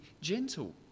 gentle